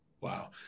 Wow